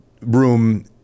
room